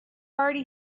already